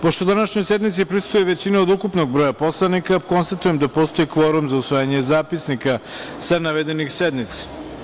Pošto današnjoj sednici prisustvuje većina od ukupnog broja poslanika, konstatujem da postoji kvorum za usvajanje zapisnika sa navedenih sednica.